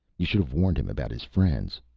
you should have warned him about his friends.